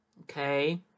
Okay